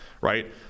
right